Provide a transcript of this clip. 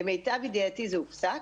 למיטב ידיעתי זה הופסק,